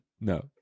No